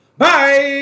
Bye